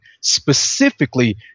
specifically